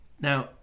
Now